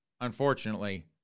unfortunately